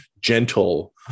gentle